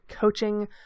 Coaching